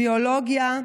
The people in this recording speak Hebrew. ביולוגיה,